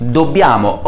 dobbiamo